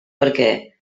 perquè